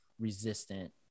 resistant